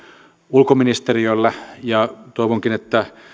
ulkoministeriöllä ja toivonkin että